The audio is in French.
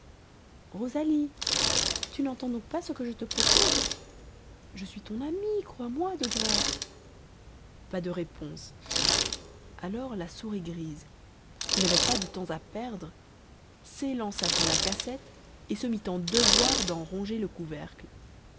rosalie tu n'entends donc pas ce que je te propose je suis ton amie crois-moi de grâce pas de réponse alors la souris grise qui n'avait pas de temps à perdre s'élança sur la cassette et se mit en devoir d'en ronger le couvercle